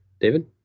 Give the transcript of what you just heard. David